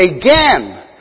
again